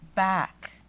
back